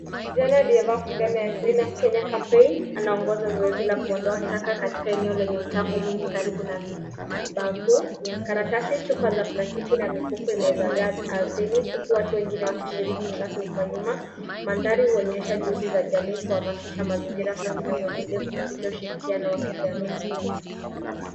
Kijana aliyevaa fulana ya cleanup kenya campaign anaongoza zoezi la kuondoa taka katika eneo lenye uchafu mwingi karibu na mipampu, karatasi, chupa za plastiki na mifuko imezagaa ardhini huku watu wengine wakishiriki usafi huko nyuma. Mandari huonyesha juhudi za jamii kuhamasisha mazingira safi na uendelefu kupitia ushirikiano wa kijamii.